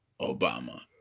Obama